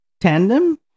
tandem